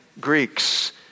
Greeks